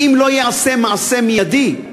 הרי אם לא ייעשה מעשה מיידי,